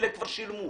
אלה כבר שילמו,